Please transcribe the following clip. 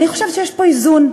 אני חושבת שיש פה איזון,